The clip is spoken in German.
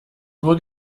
nur